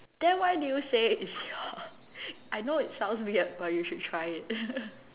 then why do you say it's I know it's weird but you should try it